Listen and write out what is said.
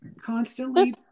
Constantly